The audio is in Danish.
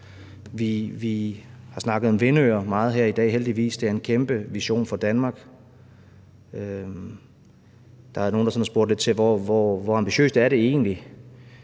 Vi har snakket meget om vindøer her i dag, heldigvis. Det er en kæmpe vision for Danmark. Der er nogle, der sådan har spurgt lidt til, hvor ambitiøst det egentlig